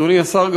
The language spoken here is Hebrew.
אדוני השר,